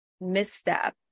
misstep